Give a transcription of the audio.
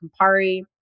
Campari